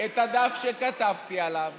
את הדף שכתבתי עליו